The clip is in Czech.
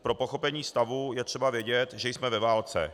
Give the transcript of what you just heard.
Pro pochopení stavu je třeba vědět, že jsme ve válce.